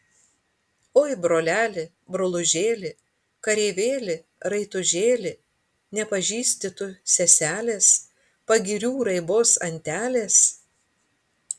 oi broleli brolužėli kareivėli raitužėli nepažįsti tu seselės pagirių raibos antelės